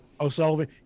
O'Sullivan